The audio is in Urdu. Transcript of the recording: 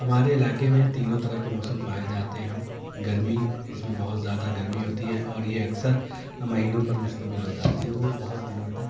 ہمارے علاقے میں تینوں طرح کے موسم پائے جاتے ہیں گرمی جس میں بہت زیادہ گرمی ہوتی ہے اور یہ اکثر مہینوں پر مشتمل ہوتا ہے جو وہ بہت دنوں تک